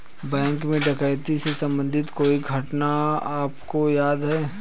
Bank में डकैती से संबंधित कोई घटना आपको याद है?